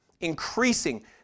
increasing